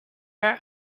are